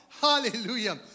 Hallelujah